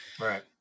right